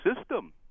system